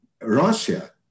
Russia